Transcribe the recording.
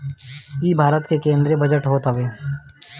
इ भारत के केंद्रीय बजट होत हवे